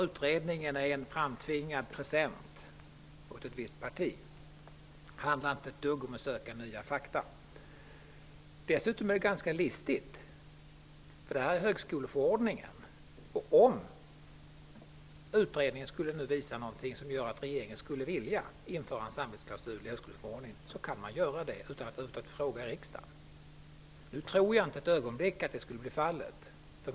Utredningen är en framtvingad present till ett visst parti. Det handlar inte ett dugg om att söka nya fakta. Dessutom visas det ganska stor list när det gäller högskoleförordningen. Om utredningen skulle visa på något som gör att regeringen skulle vilja införa en samvetsklausul i högskoleförordningen kan man göra det utan att fråga riksdagen. Jag tror dock inte för ett ögonblick att så skulle bli fallet.